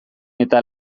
eta